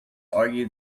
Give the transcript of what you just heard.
argue